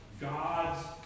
God's